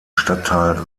stadtteil